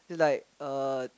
is like uh